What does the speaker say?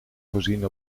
voorzien